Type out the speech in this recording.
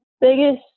biggest